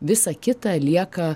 visa kita lieka